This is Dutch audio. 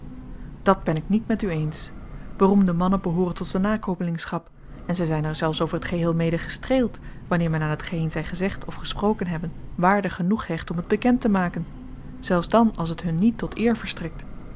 dat ben ik niet met u eens beroemde mannen behooren tot de nakomelingschap en zij zijn er zelfs over t geheel mede gestreeld wanneer men aan hetgeen zij gezegd of gesproken hebben waarde genoeg hecht om het bekend te maken zelfs dan als het hun niet tot eer verstrekt